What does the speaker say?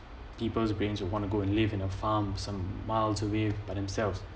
people's brains and want to go and live in a farm some miles away by themselves